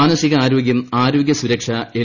മാനസികാരോഗ്യം ആരോഗ്യ സുരക്ഷ എൽ